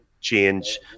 change